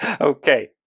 Okay